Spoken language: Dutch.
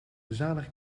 zalig